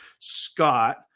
Scott